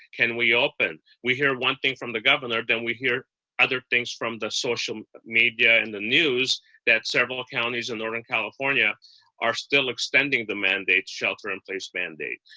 can we open? we hear one thing from the governor then we hear other things from the social media and the news that several counties in northern california are still extending the mandate shelter in place mandate.